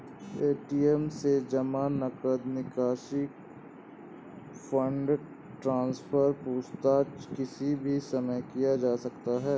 ATM से जमा, नकद निकासी, फण्ड ट्रान्सफर, पूछताछ किसी भी समय किया जा सकता है